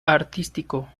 artístico